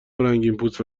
رنگینپوست